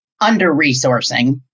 under-resourcing